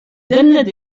dennet